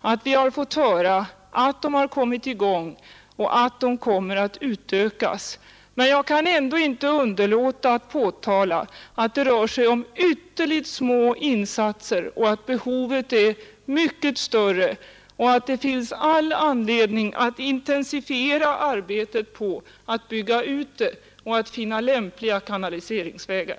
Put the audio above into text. att vi har fått höra att de har kommit i gång och att de kommer att utökas. Men jag kan ändå inte underlåta att påpeka att det rör sig om ytterligt små insatser, att behovet är mycket större och att det finns all anledning att intensifiera arbetet på att bygga ut insatserna och finna lämpliga kanaliseringsvägar.